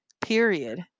Period